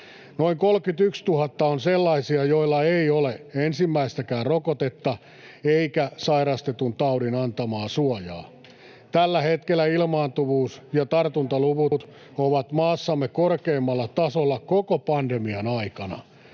Noin 31 000 ovat sellaisia, joilla ei ole ensimmäistäkään rokotetta eikä sairastetun taudin antamaa suojaa. Tällä hetkellä ilmaantuvuus- ja tartuntaluvut ovat maassamme korkeimmalla tasolla koko pandemian aikana.